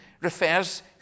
refers